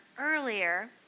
earlier